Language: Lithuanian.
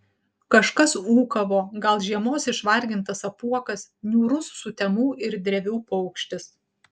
kažkas ūkavo gal žiemos išvargintas apuokas niūrus sutemų ir drevių paukštis